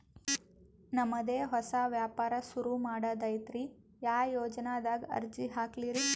ನಮ್ ದೆ ಹೊಸಾ ವ್ಯಾಪಾರ ಸುರು ಮಾಡದೈತ್ರಿ, ಯಾ ಯೊಜನಾದಾಗ ಅರ್ಜಿ ಹಾಕ್ಲಿ ರಿ?